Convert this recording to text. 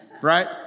right